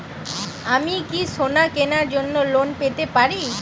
আমি কি সোনা কেনার জন্য লোন পেতে পারি?